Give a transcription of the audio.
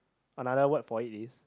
another word for it is